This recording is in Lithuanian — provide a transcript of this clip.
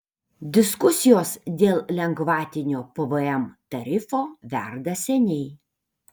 diskusijos dėl lengvatinio pvm tarifo verda seniai